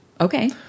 Okay